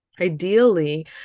Ideally